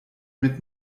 mit